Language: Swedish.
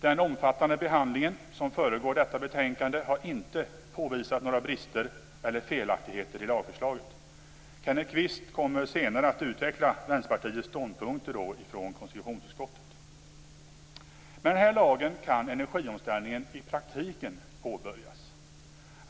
Den omfattande behandling som föregått detta betänkande har inte påvisat några brister eller felaktigheter i lagförslaget. Kenneth Kvist kommer senare att utveckla Med den här lagen kan energiomställningen i praktiken påbörjas.